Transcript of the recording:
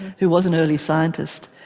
who was an early scientist.